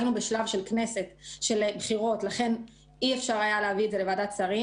היינו בשלב של בחירות ולכן אי אפשר היה להביא את זה לוועדת שרים,